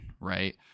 right